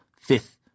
fifth